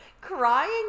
crying